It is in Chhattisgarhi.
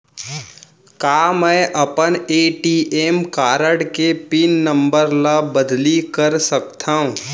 का मैं अपन ए.टी.एम कारड के पिन नम्बर ल बदली कर सकथव?